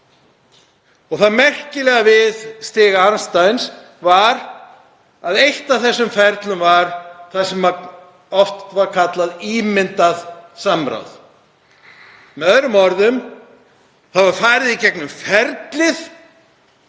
Það merkilega við stiga Amsteins er að eitt af þessum ferlum er það sem oft er kallað ímyndað samráð. Með öðrum orðum er farið í gegnum það